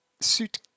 suit